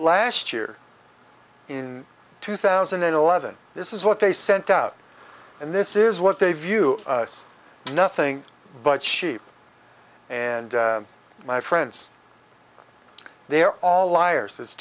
last year in two thousand and eleven this is what they sent out and this is what they view as nothing but sheep and my friends they are all liars it's